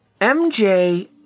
MJ